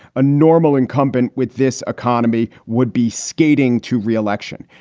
a normal incumbent with this economy would be skating to re-election.